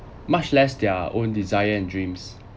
much less their own desire and dreams